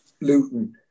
Luton